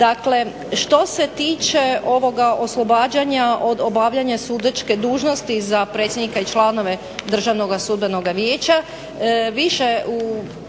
dakle što se tiče ovoga oslobađanja od obavljanja sudačke dužnosti za predsjednika i članove Državnoga sudbenog vijeća više u